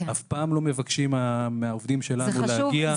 אף פעם לא מבקשים מהעובדים שלנו להגיע.